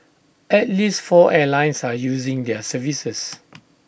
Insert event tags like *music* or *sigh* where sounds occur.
at least four airlines are using their services *noise*